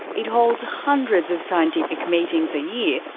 it holds hundreds of scientific meetings a year,